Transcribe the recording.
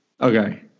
Okay